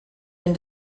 been